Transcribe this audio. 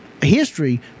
history